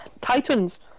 Titans